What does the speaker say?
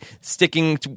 sticking